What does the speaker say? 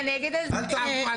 אל תעבדו עלינו.